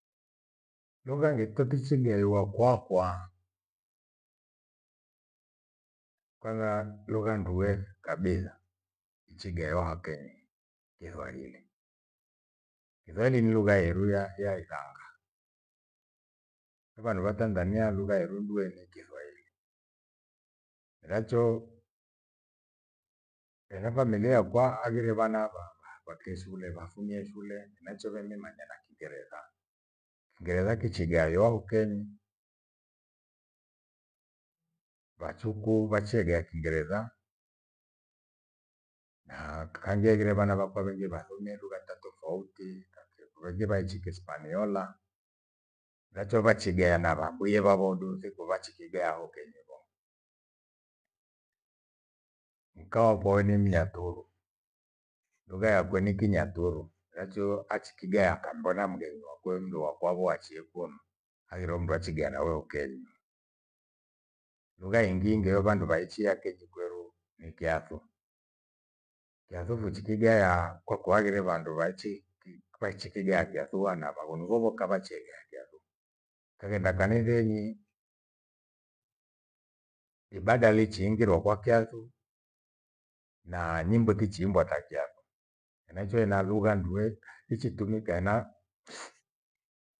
Lugha ngetotichigeiwa kwakwa, kwagha lugha ndue kabitha ichighewa ha kenyi kiswahili. Kiswahili ni lugha yeru ya- ya ithanga. Vandu vya Tanzania lugha yerundue ni kiswahili. Miracho enefamilia yakwa aghire vana va- vakwe shule vafumia ishule enaicho vanemimanya Kiingereza. Kingereza kichigawiwa ho kenyí, vyachuku vacheiga kingereza na kangi aghire vana vyakwa vengi vathomie lugha tha tofauti, vengi vaichi Kihispaniola. Miracho vachigayana vakui vavodu thikuvachikiga ho kenyi vo. Mka wapho ni mnyaturu lugha yakwe ni kinyaturu, miracho achikigaya akamvona mgeni wakwe mndu wa kwavo achie kunu aghire mndu achigea nao rukwenyi. Lugha ingi ngeo vandu vandu vaichia hia kenyi kweru ni kyathu. Kyathu kukichigheya kwakua aghire vandu vaichi- vaichi kigafyathua na vaghunu vovoka vachegehea kyathu kaghenda kale kenyi. Ibada lechiingirwa kwa kyathu na nyimbo tichiibwa kwa kyathu enaicho ena lugha ndue nichitumika ena